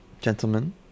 Gentlemen